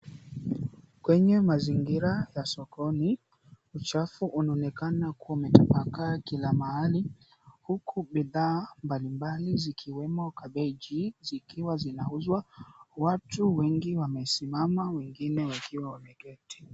Kwenye mazingira ya sokoni, uchafu unaonekana kutapakaa kila mahali huku bidhaa mbali mabali zikiwemo kabeji zikiwa zinauzwa watu wengi wamesimama wengine wakiwa wameketi.